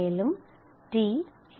மேலும் t € r